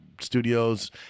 studios